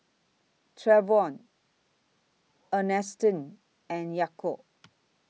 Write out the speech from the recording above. Trayvon Earnestine and Yaakov